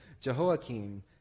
Jehoiakim